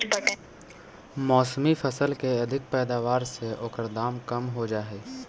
मौसमी फसल के अधिक पैदावार से ओकर दाम कम हो जाऽ हइ